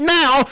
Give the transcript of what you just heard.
now